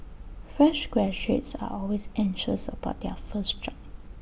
fresh graduates are always anxious about their first job